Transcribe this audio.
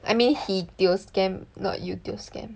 I mean he tio scam not you tio scam